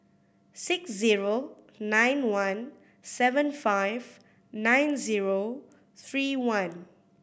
six zero nine one seven five nine zero three one